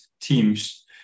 teams